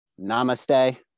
namaste